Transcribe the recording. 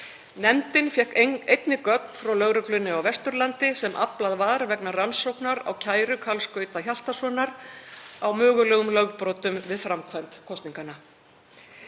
Nefndin fékk einnig gögn frá lögreglunni á Vesturlandi sem aflað var vegna rannsóknar á kæru Karls Gauta Hjaltasonar á mögulegum lögbrotum við framkvæmd kosninganna.